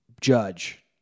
Judge